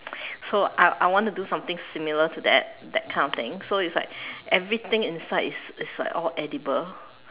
so I I want to do something similar to that that kind of thing so it's like everything inside is is like all edible